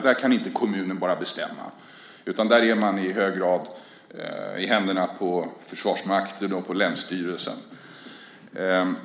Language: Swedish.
Där kan inte kommunen bara bestämma, utan där är man i hög grad i händerna på Försvarsmakten och på länsstyrelsen.